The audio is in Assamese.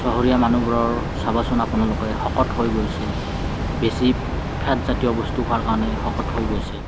চহৰীয়া মানুহবোৰৰ চাবচোন আপোনালোকে শকত হৈ গৈছে বেছি ফেট জাতীয় বস্তু খোৱাৰ কাৰণে শকত হৈ গৈছে